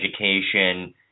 Education